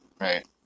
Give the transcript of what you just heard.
Right